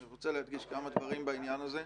אני רוצה להדגיש כמה דברים בעניין הזה.